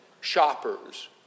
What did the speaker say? shoppers